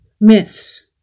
myths